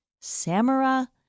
Samara